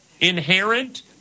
inherent